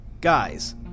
Guys